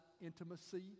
intimacy